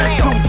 Two